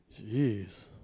Jeez